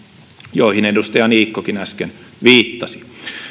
joihin edustaja niikkokin äsken viittasi